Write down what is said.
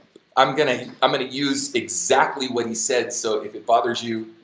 i'm gonna, i'm gonna use exactly what he said, so if it bothers you,